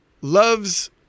loves